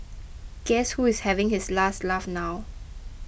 guess who is having his last laugh now